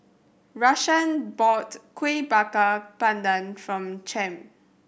Rashaan bought Kuih Bakar Pandan from Champ